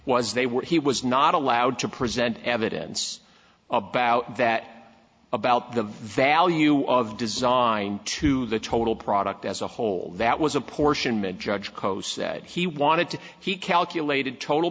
was they were he was not allowed to present evidence about that about the value of design to the total product as a whole that was apportionment judged coast said he wanted to he calculated total